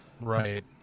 Right